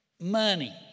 Money